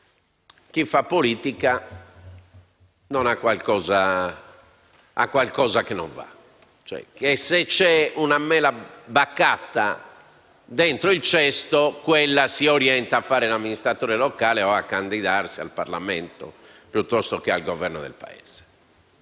chi fa politica abbia qualcosa che non va. Se c'è una mela bacata dentro il cesto, quella si orienta a fare l'amministratore locale, a candidarsi al Parlamento o al Governo del Paese.